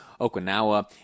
Okinawa